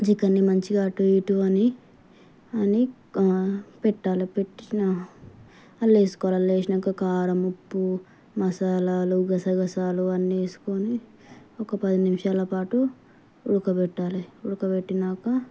చికెన్ని మంచిగా అటు ఇటు అని అని పెట్టాలి పెట్టినా అండ్ల వేసుకోవాలి అందులో వేసినాక కారం ఉప్పు మసాలాలు గసగసాలు అన్ని వేసుకొని ఒక పది నిమిషాల పాటు ఉడకబెట్టాలి ఉడకబెట్టినాక